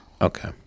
okay